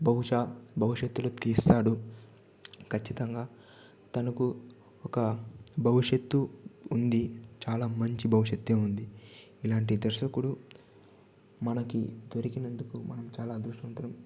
బహుశా భవిష్యత్తులో తీస్తాడు కచ్చితంగా తనకు ఒక భవిష్యత్తు ఉంది చాలా మంచి భవిష్యత్తే ఉంది ఇలాంటి దర్శకుడు మనకి దొరికినందుకు మనం చాలా అదృష్టవంతులం